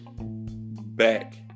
back